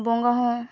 ᱵᱚᱸᱜᱟᱦᱚᱸ